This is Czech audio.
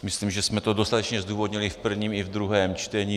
Myslím, že jsme to dostatečně zdůvodnili v prvním i druhém čtení.